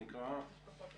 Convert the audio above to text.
עמותת איך זה נקרא?